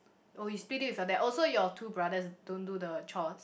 oh you split it with your dad oh so your two brothers don't do the chores